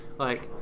like,